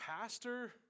pastor